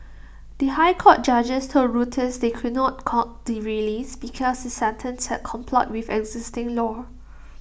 the High Court judges told Reuters they could not cot the release because his sentence had complied with existing law